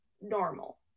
normal